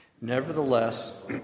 Nevertheless